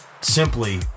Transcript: simply